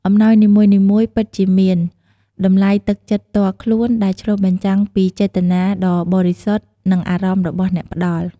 អំណោយនីមួយៗពិតជាមាន តម្លៃទឹកចិត្តផ្ទាល់ខ្លួន ដែលឆ្លុះបញ្ចាំងពីចេតនាដ៏បរិសុទ្ធ និងអារម្មណ៍របស់អ្នកផ្ដល់។